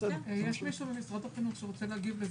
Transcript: יש מישהו ממשרד החינוך שרוצה להגיב לזה,